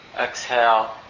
exhale